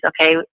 okay